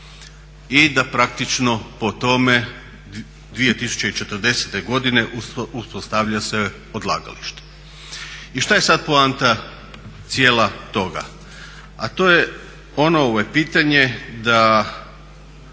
I da praktično po tome 2040. godine uspostavlja se odlagalište. I što je sad poanta cijela toga? To je ono pitanje da